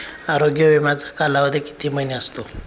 आरोग्य विमाचा कालावधी किती महिने असतो?